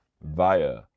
via